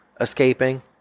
escaping